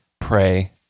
pray